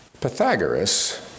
Pythagoras